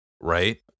Right